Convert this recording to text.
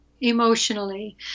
emotionally